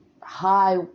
high